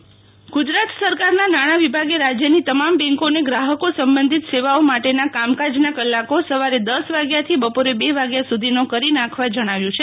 શિતલ વૈશ્નવ બેંકનો કામકાજનો સમય ગુજરાત સરકારના નાણા વિભાગે રાજયની તમામ બેંકોને ગ્રાહકો સંબંધિત સેવાઓ માટેના કામકાના કલાકો સવારે દસ વાગ્યાથી બપોરે બે વાગ્યા સુધીનો કરી નાખવા જણાવ્યું છે